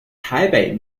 台北